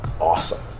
awesome